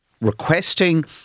requesting